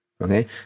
Okay